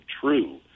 true